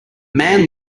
man